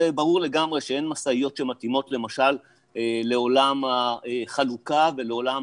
ברור לגמרי שאין משאיות שמתאימות למשל לעולם החלוקה ולעולם